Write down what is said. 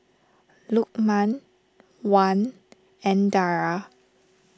Lukman Wan and Dara